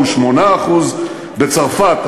הוא 8%. בצרפת,